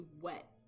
wet